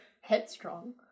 headstrong